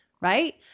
right